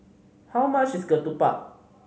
how much is ketupat